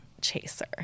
Chaser